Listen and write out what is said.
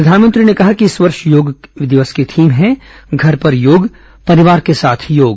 प्रधानमंत्री ने कहा कि इस वर्ष योग दिवस की थीम है घर पर योग परिवार के साथ योग